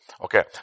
Okay